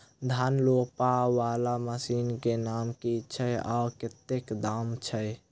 धान रोपा वला मशीन केँ नाम की छैय आ कतेक दाम छैय?